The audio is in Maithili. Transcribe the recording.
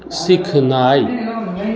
सिखनाइ